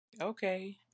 Okay